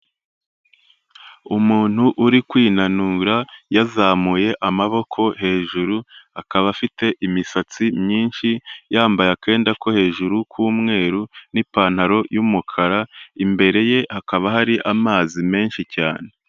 Umuntu uri kwinanura yazamuye amaboko hejuru, akaba afite imisatsi myinshi, yambaye akenda ko hejuru k'umweru n'ipantaro y'umukara, imbere ye hakaba hari amazi menshi cyane.